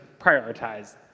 prioritize